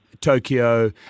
Tokyo